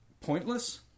pointless